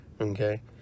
okay